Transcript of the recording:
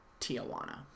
Tijuana